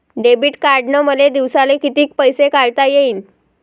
Debit कार्डनं मले दिवसाले कितीक पैसे काढता येईन?